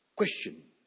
question